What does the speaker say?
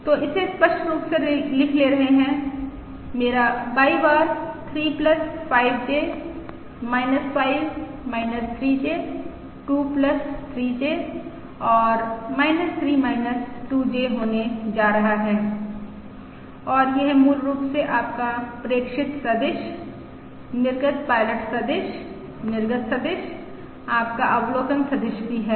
तो इसे स्पष्ट रूप से लिख रहे है मेरा Y बार 3 5J 5 3J 2 3J और 3 2J होने जा रहा है और यह मूल रूप से आपका प्रेक्षित सदिश निर्गत पायलट सदिश निर्गत सदिश आपका अवलोकन सदिश भी है